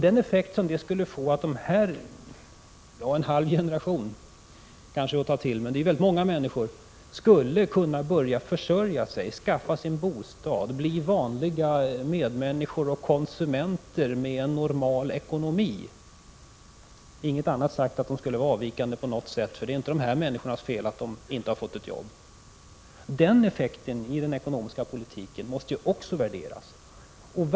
Den effekt på den ekonomiska politiken som det skulle få att en halv generation — det kanske är att ta till, men det är väldigt många människor — skulle kunna börja försörja sig, skaffa sig en bostad och bli vanliga medmänniskor och konsumenter med en normal ekonomi — därmed inte sagt att de skulle vara avvikande på något sätt, eftersom det inte är dessa människors fel att de inte har fått ett jobb — måste ju också värderas.